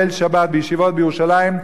בליל שבת בישיבות בירושלים,